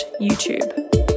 YouTube